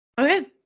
Okay